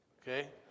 okay